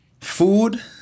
food